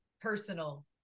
personal